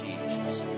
Jesus